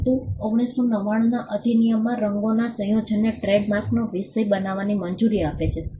પરંતુ 1999 ના અધિનિયમમાં રંગોના સંયોજનને ટ્રેડમાર્કનો વિષય બનવાની મંજૂરી આપે છે